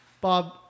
Bob